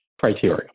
criteria